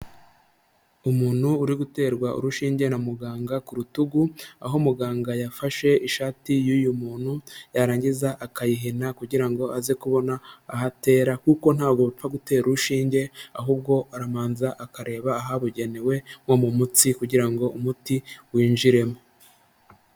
Umuntu uri guterwa urushinge na muganga ku rutugu aho muganga yafashe ishati y'uyu muntu yarangiza akayihina kugira ngo aze kubona aho atera kuko ntapfa gutera urushinge ahubwo arabanza akareba ahabugenewe nko mu mutsi kugira ngo umuti winjiremo.